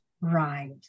Right